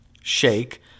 shake